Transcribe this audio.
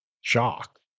shock